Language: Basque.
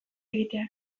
egiteak